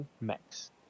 Max